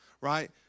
right